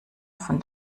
von